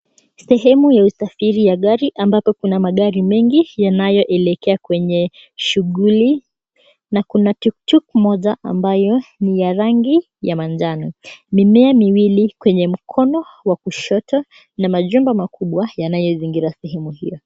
Sehemu ya usafiri wa gari ambapo kuna magari mengi yanayoelekea kwenye shughuli na kuna tuktuk moja ambayo ni ya rangi ya manjano. Mimea miwili kwenye mkono wa kushoto na majumba makubwa yanayozingira sehemu hio.